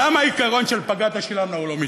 למה העיקרון של פגעת שילמת לא מתקיים?